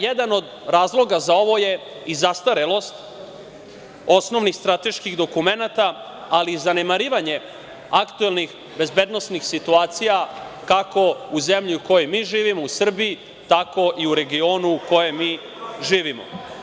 Jedan od razloga za ovo je i zastarelost osnovnih strateških dokumenata, ali i zanemarivanje aktuelni bezbednosnih situacija kako u zemlji u kojoj mi živimo, u Srbiji, tako i u regionu u kojem mi živimo.